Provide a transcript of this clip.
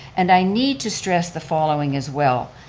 and i need to stress the following as well,